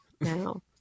now